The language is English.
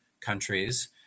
countries